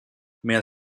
mehr